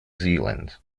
zealand